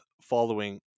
following